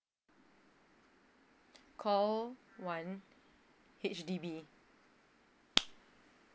call one H_D_B